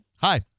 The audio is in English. Hi